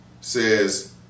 says